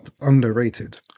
Underrated